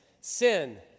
Sin